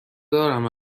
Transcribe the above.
دارم